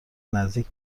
نزدیک